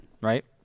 right